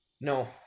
no